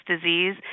disease